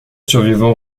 survivants